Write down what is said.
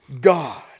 God